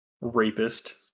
Rapist